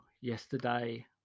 yesterday